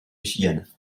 michigan